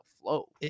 flow